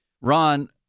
Ron